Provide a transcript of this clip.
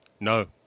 No